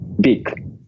big